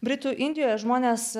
britų indijoje žmonės